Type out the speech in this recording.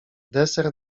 deser